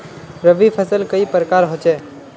रवि फसल कई प्रकार होचे?